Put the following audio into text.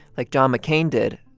like john mccain did,